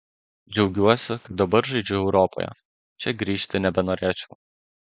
džiaugiuosi kad dabar žaidžiu europoje čia grįžti nebenorėčiau